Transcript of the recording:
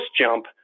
jump